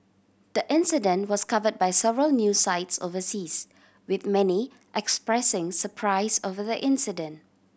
the incident was covered by several news sites overseas with many expressing surprise over the incident